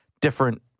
different